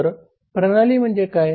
तर प्रणाली म्हणजे काय